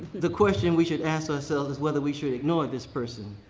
the question we should ask ourselves is whether we should ignore this person.